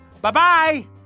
Bye-bye